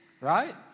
Right